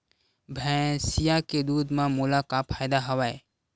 भैंसिया के दूध म मोला का फ़ायदा हवय?